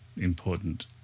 important